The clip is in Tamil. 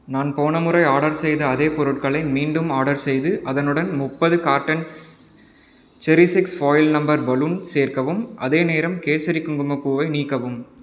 நான் போன முறை ஆர்டர் செய்த அதே பொருட்களை மீண்டும் ஆர்டர் செய்து அதனுடன் முப்பது கார்ட்டன்ஸ் செரிஷ்எக்ஸ் ஃபாயில் நம்பர் பலூன் சேர்க்கவும் அதே நேரம் கேசரி குங்குமப்பூவை நீக்கவும்